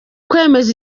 kwemeza